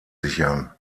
sichern